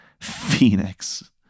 Phoenix